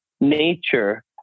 nature